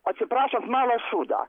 atsiprašant mala šūdą